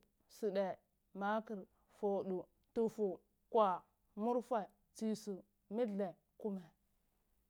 Suche, mahteur, fhodu, ndufu, nkwa, murfuh, ntsisu, mildla, kuma.